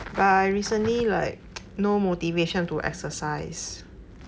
but I recently like no motivation to exercise